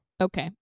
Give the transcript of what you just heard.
okay